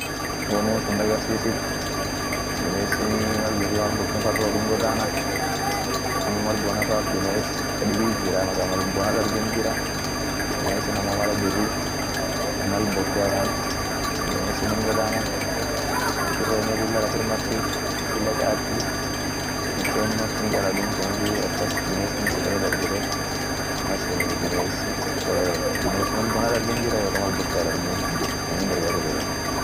won wonsun dagarsisiit, binesinii mal biria mal boken fan roob hingodhana ama mal bona fa biness kadibit jirra maqa mal bona daregeni jirra, binesin ammo mara birri mal bokea kan binesin hingodhana shimpirenen lilla lafir marti, lilla charti, mukenin malsun hindala duum sunifi akas binesinen sagale dargete malsuni binesi ak cholle dargen, biness mal bona dargen jirra iyo kal ma bokea dargen jirr sunin gargar hubeten.